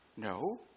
No